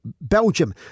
Belgium